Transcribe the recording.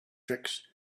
tricks